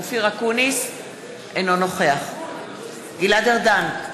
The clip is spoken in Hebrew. אינו נוכח גלעד ארדן,